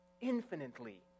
Infinitely